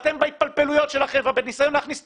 אתם בהתפלפלויות שלכם ובניסיון להכניס את